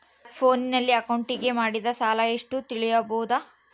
ಫೋನಿನಲ್ಲಿ ಅಕೌಂಟಿಗೆ ಮಾಡಿದ ಸಾಲ ಎಷ್ಟು ತಿಳೇಬೋದ?